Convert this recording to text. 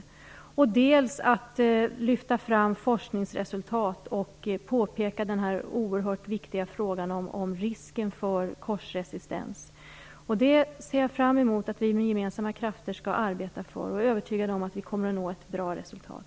Dessutom är det viktigt att lyfta fram forskningsresultat och peka på den oerhört viktiga frågan om risken för korsresistens. Jag ser fram emot att vi med gemensamma krafter skall arbeta för detta. Jag är övertygad om att vi kommer att nå ett bra resultat.